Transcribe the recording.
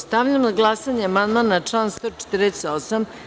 Stavljam na glasanje amandman na član 148.